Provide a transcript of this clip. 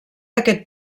aquest